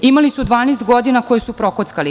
Imali su 12 godina koje su prokockali.